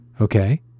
Okay